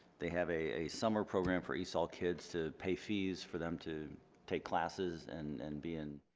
they have a summer program for esol kids to pay fees for them to take classes and and be in,